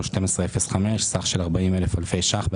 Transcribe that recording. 231039 סך של 129,565 אלפי ש״ח.